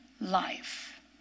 life